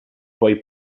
poi